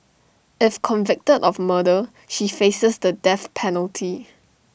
if convicted of murder she faces the death penalty